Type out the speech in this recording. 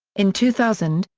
in two thousand,